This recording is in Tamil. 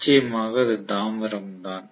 நிச்சயமாக அது தாமிரம் தான்